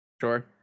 Sure